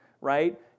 right